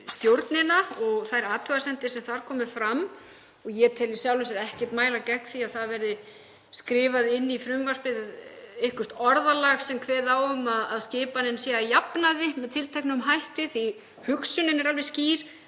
stjórnina og þær athugasemdir sem þar komu fram. Ég tel í sjálfu sér ekkert mæla gegn því að það verði skrifað inn í frumvarpið eitthvert orðalag sem kveður á um að skipanin sé að jafnaði með tilteknum hætti því að hugsunin er alveg skýr;